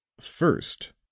first